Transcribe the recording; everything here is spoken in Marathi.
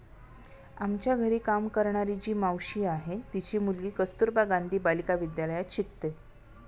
आमच्या घरी काम करणारी जी मावशी आहे, तिची मुलगी कस्तुरबा गांधी बालिका विद्यालयात शिकते